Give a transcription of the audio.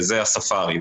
וזה הספארי,